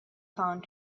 found